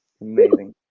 Amazing